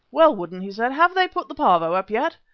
well, woodden, he said, have they put the pavo up yet?